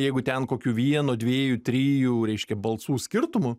jeigu ten kokiu vieno dvejų trijų reiškia balsų skirtumu